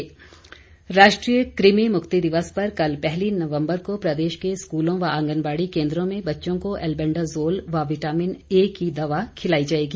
कृमि दिवस राष्ट्रीय कृमि मुक्ति दिवस पर कल पहली नवम्बर को प्रदेश के स्कूलों व आंगनबाड़ी केंद्रों में बच्चों को एल्बेंडाजोल व विटामिन ए की दवा खिलाई जाएगी